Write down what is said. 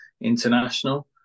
international